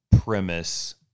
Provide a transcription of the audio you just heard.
premise